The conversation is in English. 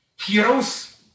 Heroes